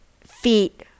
feet